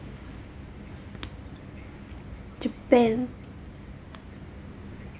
japan